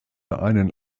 einen